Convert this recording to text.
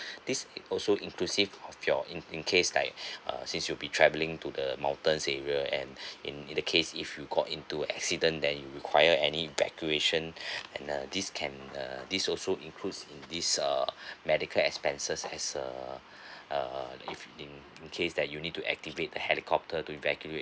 this also inclusive of your in in case like uh since you'll be travelling to the mountains area and in in the case if you got into accident then you require any evacuation and uh this can uh this also includes in this err medical expenses as uh uh if in in case that you need to activate the helicopter to evacuate